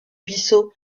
bissau